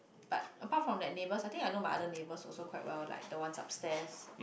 but apart from that neighbours I think I know my other neighbors also quite well like the ones upstairs